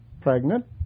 pregnant